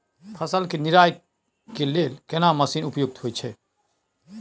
फसल के निराई के लेल केना मसीन उपयुक्त होयत छै?